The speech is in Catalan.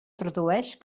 tradueix